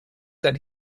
that